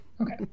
Okay